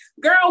girl